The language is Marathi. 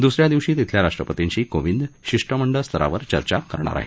दुस या दिवशी तिथल्या राष्ट्रपतींशी कोविंद शिष्टमंडळ स्तरावर चर्चा करणार आहेत